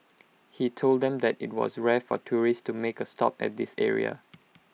he told them that IT was rare for tourists to make A stop at this area